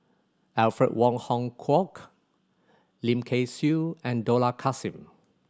Alfred Wong Hong Kwok Lim Kay Siu and Dollah Kassim